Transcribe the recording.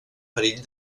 perill